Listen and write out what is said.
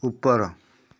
ଉପର